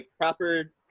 proper